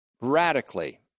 radically